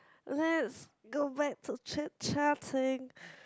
let's go back to chit chatting